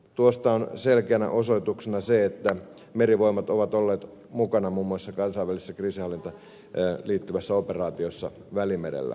tuosta on selkeänä osoituksena se että merivoimat ovat olleet mukana muun muassa kansainvälisissä kriisinhallintaan liittyvissä operaatioissa välimerellä